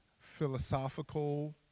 philosophical